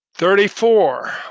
Thirty-four